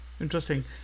Interesting